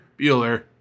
Bueller